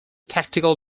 tactical